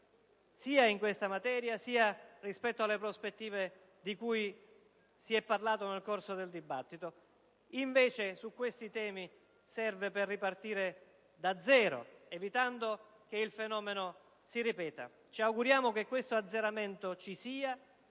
sia in questa materia, sia rispetto alle prospettive di cui si è parlato nel corso del dibattito. Su questi temi serve ripartire da zero, evitando che il fenomeno si ripeta. Ci auguriamo che questo azzeramento ci sia,